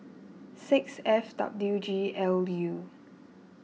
six F W G L U